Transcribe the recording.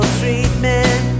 treatment